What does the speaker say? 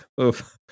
Oof